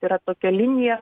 yra tokia linija